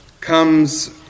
comes